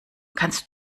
kannst